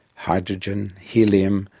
hydrogen, helium,